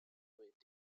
with